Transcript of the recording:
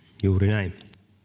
juuri näin